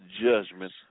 judgment